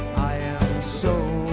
i am so